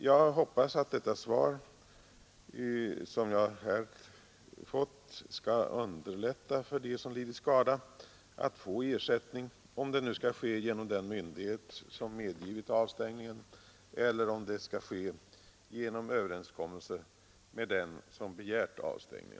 Jag hoppas att det svar som jag här fått skall underlätta för dem som lidit skada att få ersättning, om det nu skall ske genom den myndighet som medgivit avstängningen eller genom överenskommelse med den som begärt avstängningen.